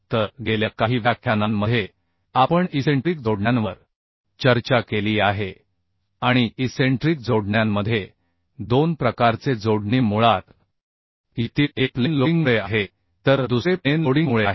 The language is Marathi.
तर गेल्या काही व्याख्यानांमध्ये आपण इसेंट्रिक जोडण्यांवर चर्चा केली आहे आणि इसेंट्रिक जोडण्यांमध्ये दोन प्रकारचे जोडणी मुळात येतील एक प्लेन लोडिंगमुळे आहे तर दुसरे प्लेन लोडिंगमुळे आहे